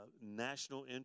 national